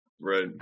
right